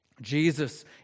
Jesus